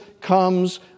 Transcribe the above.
comes